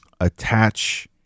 attach